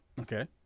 Okay